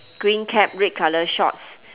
green cap red colour shorts